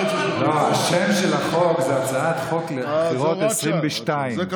השם של החוק זה הצעת חוק הבחירות לכנסת העשרים-ושתיים.